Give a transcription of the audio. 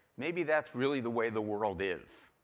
maybe that's really the way the world is.